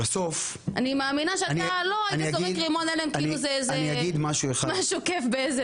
אני מאמינה שאתה לא היית זורק רימון הלם כאילו זה משהו כיף.